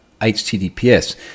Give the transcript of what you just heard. HTTPS